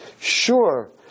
Sure